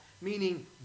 Meaning